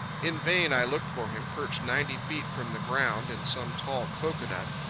in vain i looked for him perched ninety feet from the ground in some tall cocoanut,